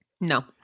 No